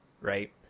right